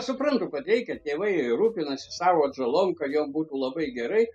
suprantu kad reikia tėvai rūpinasi savo atžalom kad jom būtų labai gerai